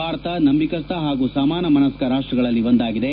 ಭಾರತ ನಂಬಿಕಸ್ತ ಹಾಗೂ ಸಮಾನ ಮನಸ್ಕ ರಾಷ್ಟಗಳಲ್ಲಿ ಒಂದಾಗಿದೆ